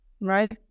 right